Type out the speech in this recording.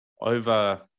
over